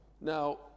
Now